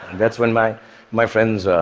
that's when my my friends,